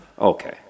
Okay